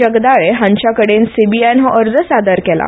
जगदाळे हांच्याकडेन सीबीआयन हो अर्ज सादर केला